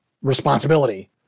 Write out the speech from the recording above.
Responsibility